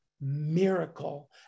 miracle